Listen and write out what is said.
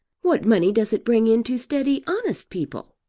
what money does it bring in to steady honest people?